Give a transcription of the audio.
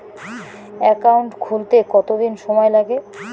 Account খুলতে কতদিন সময় লাগে?